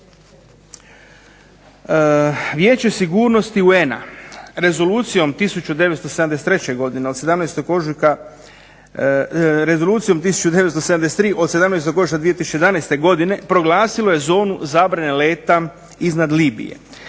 Vijeće sigurnosti UN-a Rezolucijom 1973 od 17. ožujka 2011. godine proglasilo je zonu zabrane leta iznad Libije.